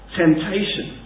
temptation